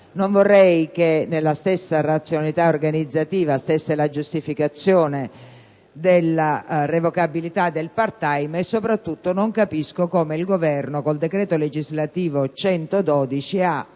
Non vorrei che nella stessa razionalità organizzativa stesse la giustificazione della revocabilità del *part-time* e soprattutto non capisco come il Governo, con il decreto legislativo n.